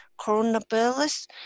coronavirus